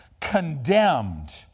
condemned